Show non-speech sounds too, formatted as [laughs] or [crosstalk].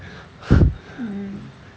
[laughs]